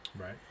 Right